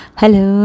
Hello